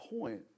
point